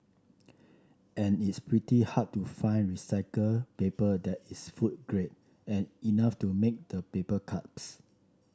and it's pretty hard to find recycled paper that is food grade and enough to make the paper cups